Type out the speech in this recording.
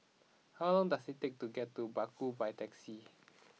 how long does it take to get to Baku by taxi